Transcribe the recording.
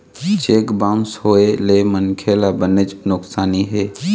cheque bounce होए ले मनखे ल बनेच नुकसानी हे